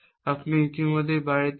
আপনি ইতিমধ্যেই বাড়িতে আছেন